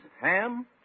ham